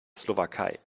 slowakei